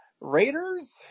Raiders